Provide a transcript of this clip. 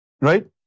right